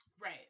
right